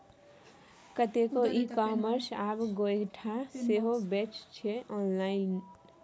कतेको e commerce आब गोयठा सेहो बेचै छै आँनलाइन